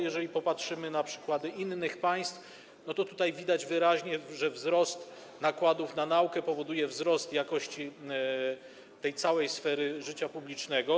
Jeżeli popatrzymy na przykłady innych państw, to wyraźnie widać, że wzrost nakładów na naukę powoduje wzrost jakości tej całej sfery życia publicznego.